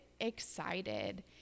excited